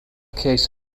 case